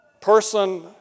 person